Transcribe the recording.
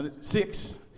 Six